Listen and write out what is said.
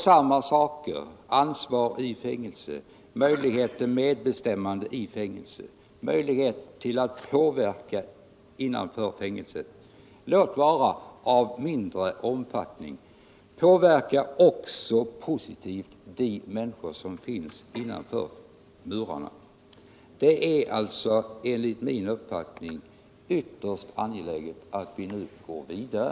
Samma saker —- ansvar i fängelset, möjlighet till medbestämmande i fängelset, möjlighet till att påverka innanför fängelset, låt vara av mindre omfattning, påverkar också positivt de människor som finns innanför murarna. Det är alltså enligt min uppfattning ytterst angeläget att vi nu går vidare.